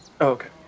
Okay